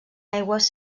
aigües